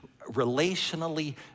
relationally